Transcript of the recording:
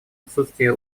отсутствие